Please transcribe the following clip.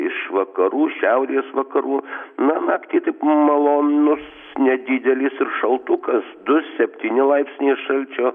iš vakarų šiaurės vakarų na naktį taip malonus nedidelis šaltukas du septyni laipsniai šalčio